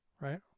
right